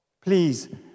Please